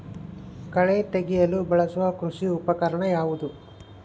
ಕಳೆ ತೆಗೆಯಲು ಬಳಸುವ ಕೃಷಿ ಉಪಕರಣ ಯಾವುದು?